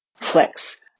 flex